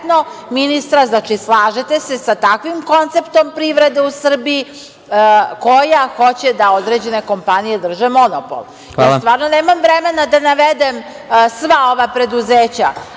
ministra, znači, slažete se sa takvim konceptom privrede u Srbiji koja hoće da određene kompanije drže monopol. Stvarno nemam vremena da navedem sva ova preduzeća,